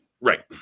right